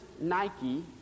Nike